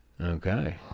Okay